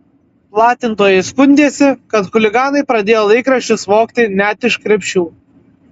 platintojai skundėsi kad chuliganai pradėjo laikraščius vogti net iš krepšių